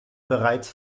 bereits